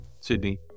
Sydney